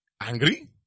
angry